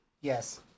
Yes